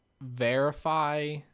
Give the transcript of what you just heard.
Verify